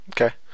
Okay